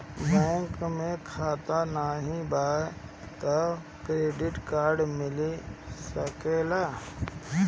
Bank में खाता नाही बा तबो क्रेडिट कार्ड मिल सकेला?